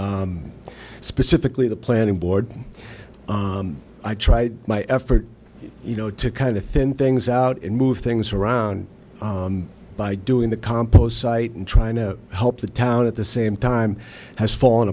with specifically the planning board i tried my effort you know to kind of thin things out and move things around by doing the compost site and trying to help the town at the same time has fall